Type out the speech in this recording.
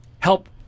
Help